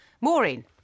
Maureen